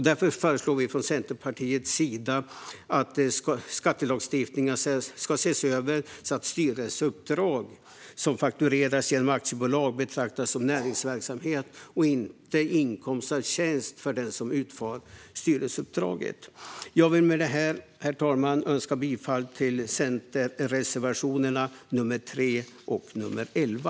Därför föreslår vi från Centerpartiets sida att skattelagstiftningen ska ses över så att styrelseuppdrag som faktureras genom aktiebolag betraktas som näringsverksamhet och inte inkomst av tjänst för den som utför styrelseuppdraget. Jag vill med detta, herr talman, yrka bifall till centerreservationerna nr 3 och 11.